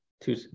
Two